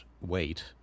wait